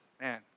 man